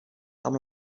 com